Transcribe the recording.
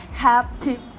happy